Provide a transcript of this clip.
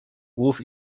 głów